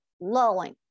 lulling